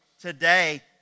today